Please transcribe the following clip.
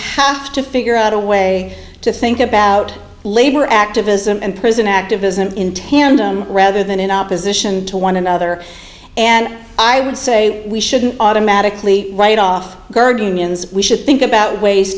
have to figure out a way to think about labor activism and prison activism in tandem rather than in opposition to one another and i would say we shouldn't automatically write off guard unions we should think about ways